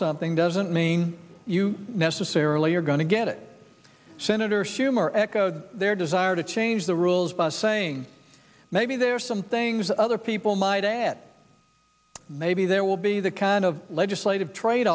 something doesn't mean you necessarily are going to get it senator schumer echoed their desire to change the rules by saying maybe there are some things other people might add maybe there will be the kind of legislative trade